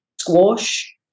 squash